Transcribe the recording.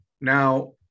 now